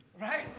Right